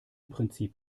prinzip